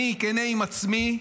אני כן עם עצמי,